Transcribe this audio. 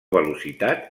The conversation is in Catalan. velocitat